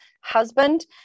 husband